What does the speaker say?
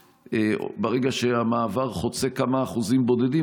שברגע שהמעבר חוצה כמה אחוזים בודדים,